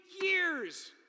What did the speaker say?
years